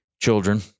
children